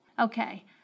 Okay